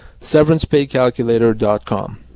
severancepaycalculator.com